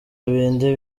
bindi